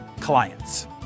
clients